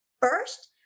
first